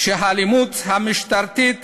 שהאלימות המשטרתית